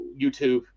YouTube